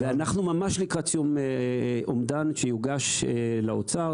אנחנו ממש לקראת סיום אומדן שיוגש לאוצר.